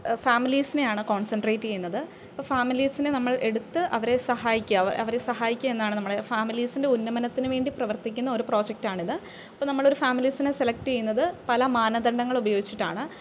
ഫാമിലീസിനെയാണ് concentrate ചെയ്യുന്നത് ഇപ്പോൾ ഫാമിലീസിനെ നമ്മൾ എടുത്ത് അവരെ സഹായിക്കാം അവരെ സഹായിക്കാം എന്നാണ് ഫാമിലീസിൻ്റെ ഉന്നമനത്തിന് വേണ്ടി പ്രവർത്തിക്കുന്ന ഒരു പ്രോജക്റ്റാണിത് ഇപ്പോൾ നമ്മളൊരു ഫാമിലീസിനെ സെലക്റ്റ് ചെയ്യുന്നത് പല മാനദണ്ഡങ്ങൾ ഉപയോഗിച്ചിട്ടാണ്